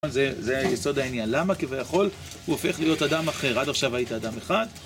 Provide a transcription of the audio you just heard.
זה היסוד העניין. למה כביכול הוא הופך להיות אדם אחר? עד עכשיו היית אדם אחד.